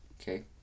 Okay